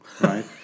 right